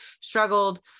struggled